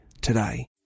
today